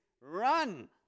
run